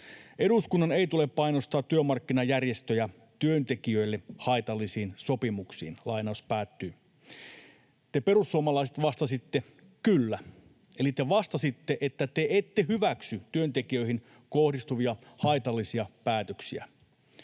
”Eduskunnan ei tule painostaa työmarkkinajärjestöjä työntekijöille haitallisiin sopimuksiin.” Te perussuomalaiset vastasitte ”kyllä”, eli te vastasitte, että te ette hyväksy työntekijöihin kohdistuvia haitallisia päätöksiä.